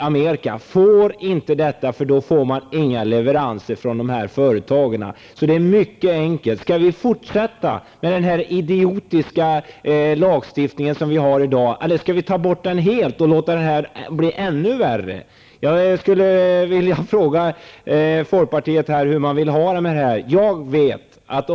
Amerika får inte göra det, för då får de inte några leveranser från de svenska leverantörerna. Det här är mycket enkelt. Skall vi fortsätta med den idiotiska lagstiftning som finns i dag, eller skall vi upphäva den helt och låta det bli ännu värre? Hur vill folkpartiet ha det?